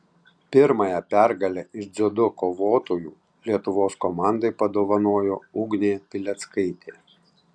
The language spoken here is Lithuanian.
pirmąją pergalę iš dziudo kovotojų lietuvos komandai padovanojo ugnė pileckaitė